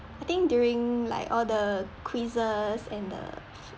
I think during like all the quizzes and the